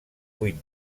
buit